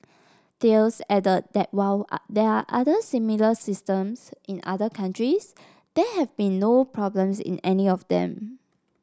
Thales added that while there are similar systems in other countries there have been no problems in any of them